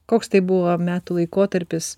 koks tai buvo metų laikotarpis